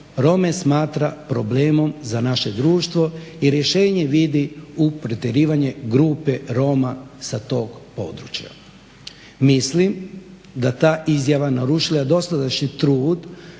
Rome smatra problemom za naše društvo i rješenje vidi u protjerivanju grupe Roma sa tog područja. Mislim da je ta izjava narušila dosadašnji trud